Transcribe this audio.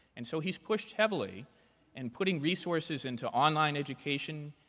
and so he's pushed heavily and putting resources into online education,